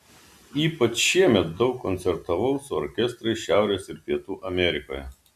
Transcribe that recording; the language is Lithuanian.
ypač šiemet daug koncertavau su orkestrais šiaurės ir pietų amerikoje